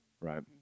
right